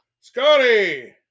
scotty